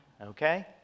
Okay